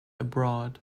abroad